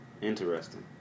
Interesting